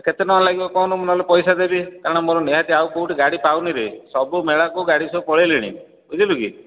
କେତେ ଟଙ୍କା ଲାଗିବ କହୁନୁ ମୁଁ ନହେଲେ ପଇସା ଦେବି କାରଣ ମୋର ନିହାତି ଆଉ କେଉଁଠି ଗାଡ଼ି ପାଉନିରେ ସବୁ ମେଳାକୁ ଗାଡ଼ି ସବୁ ପଳେଇଲେଣି ବୁଝିଲୁ କି